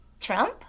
Trump